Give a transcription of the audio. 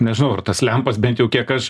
nežinau ar tas lempas bent jau kiek aš